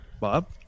Bob